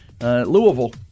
Louisville